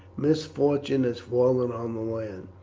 misfortune has fallen on the land.